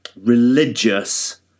religious